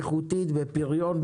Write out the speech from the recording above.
איכותית בפריון,